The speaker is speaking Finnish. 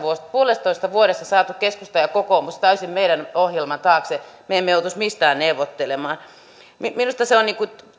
olisimme yhdessä pilkku viidessä vuodessa saaneet keskustan ja kokoomuksen täysin meidän ohjelmamme taakse me emme joutuisi mistään neuvottelemaan minusta se on